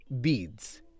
beads